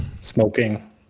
smoking